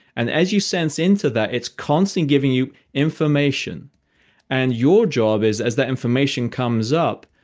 and as you sense into that, it's constantly giving you information and your job as as the information comes up,